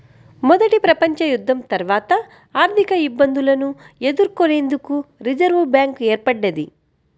మొదటి ప్రపంచయుద్ధం తర్వాత ఆర్థికఇబ్బందులను ఎదుర్కొనేందుకు రిజర్వ్ బ్యాంక్ ఏర్పడ్డది